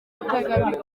itegamiye